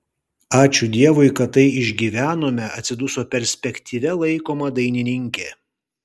ačiū dievui kad tai išgyvenome atsiduso perspektyvia laikoma dainininkė